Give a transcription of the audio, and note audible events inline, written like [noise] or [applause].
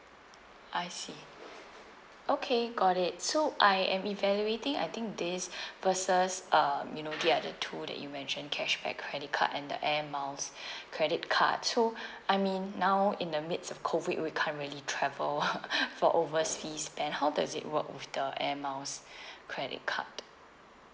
I see okay got it so I am evaluating I think this [breath] versus um you know the other two that you mention cashback credit card and the air miles [breath] credit card so I mean now in the midst of COVID we can't really travel [laughs] for overseas spend how does it work with the air miles [breath] credit card